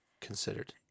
considered